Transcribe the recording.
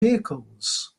vehicles